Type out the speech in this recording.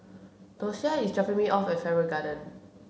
Dosia is dropping me off at Farrer Garden